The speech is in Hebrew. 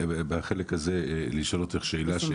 בחלק הזה אני רוצה לשאול אותך שאלה.